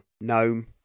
gnome